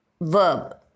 verb